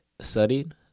studied